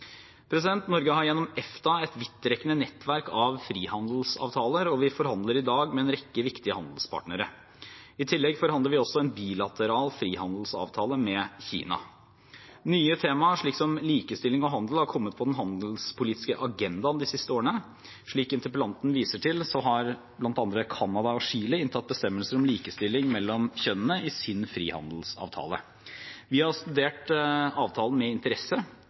Norge har gjennom EFTA et vidtrekkende nettverk av frihandelsavtaler, og vi forhandler i dag med en rekke viktige handelspartnere. I tillegg forhandler vi også en bilateral frihandelsavtale med Kina. Nye tema, som likestilling og handel, har kommet på den handelspolitiske agendaen de siste årene. Som interpellanten viser til, har bl.a. Canada og Chile inntatt bestemmelser om likestilling mellom kjønnene i sin frihandelsavtale. Vi har studert avtalen med interesse.